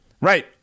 Right